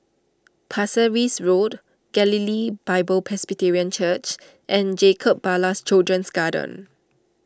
Pasir Ris Road Galilee Bible Presbyterian Church and Jacob Ballas Children's Garden